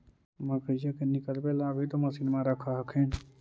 मकईया के निकलबे ला भी तो मसिनबे रख हखिन?